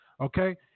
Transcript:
Okay